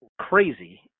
crazy